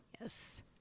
yes